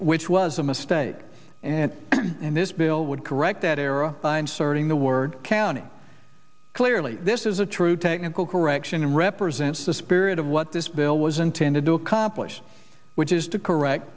which was a mistake and in this bill would correct that error by inserting the word county clearly this is a true technical correction and represents the spirit of what this bill was intended to accomplish which is to correct